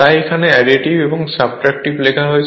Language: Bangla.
তাই এখানে অ্যাডিটিভ এবং সাবট্রাক্টটিভ লেখা হয়েছে